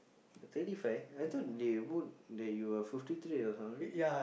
twenty five I thought they vote that you were fifty three or something